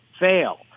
fail